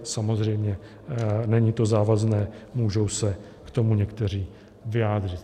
Samozřejmě to není závazné, můžou se k tomu někteří vyjádřit.